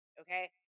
okay